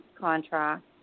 contract